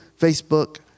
Facebook